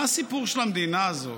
מה הסיפור של המדינה הזאת?